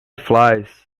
flies